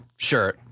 Sure